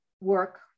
work